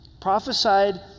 Prophesied